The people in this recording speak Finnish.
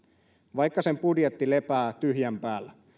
vaikka sen budjetti lepää tyhjän päällä